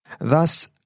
Thus